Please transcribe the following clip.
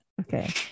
okay